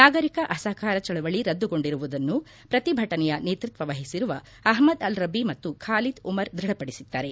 ನಾಗರಿಕ ಅಸಹಕಾರ ಚಳವಳಿ ರದ್ದುಗೊಂಡಿರುವುದನ್ನು ಪ್ರತಿಭಟನೆಯ ನೇತೃತ್ವ ವಹಿಸಿರುವ ಅಹ್ಲದ್ ಅಲ್ ರಬೀ ಮತ್ತು ಖಾಲಿದ್ ಉಮರ್ ದೃಢಪಡಿಸಿದ್ದಾರೆ